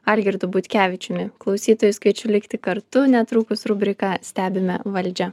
algirdu butkevičiumi klausytojus kviečiu likti kartu netrukus rubrika stebime valdžią